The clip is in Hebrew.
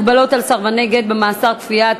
הגבלות על סרבני גט במאסר כפייה),